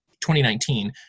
2019